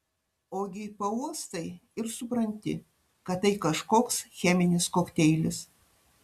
ogi pauostai ir supranti kad tai kažkoks cheminis kokteilis